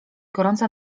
gorąca